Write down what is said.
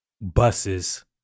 buses